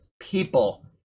people